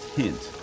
hint